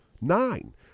Nine